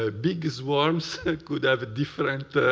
ah big swarms could have different